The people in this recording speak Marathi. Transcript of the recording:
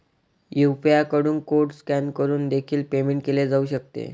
यू.पी.आय कडून कोड स्कॅन करून देखील पेमेंट केले जाऊ शकते